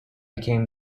became